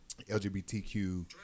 LGBTQ